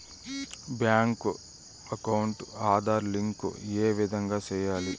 Bank account Aadhaar link ఏ విధంగా సెయ్యాలి?